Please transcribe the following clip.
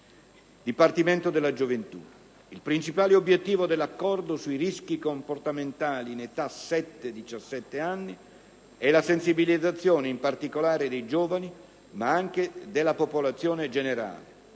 Il principale obiettivo dell'Accordo sui rischi comportamentali in età 6-17 anni è la sensibilizzazione, in particolare dei giovani, ma anche della popolazione generale